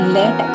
let